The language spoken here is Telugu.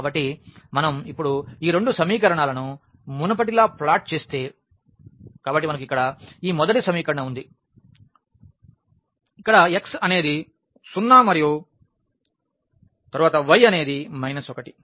కాబట్టి మనం ఇప్పుడు ఈ రెండు సమీకరణాలను మునుపటిలా ప్లాట్ చేస్తే కాబట్టి మనకు ఇక్కడ ఈ మొదటి సమీకరణం ఉంది ఇక్కడ x అనేది 0 మరియు తరువాత y అనేది మైనస్ 1